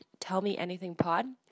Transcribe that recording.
tellmeanythingpod